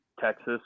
Texas